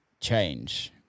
change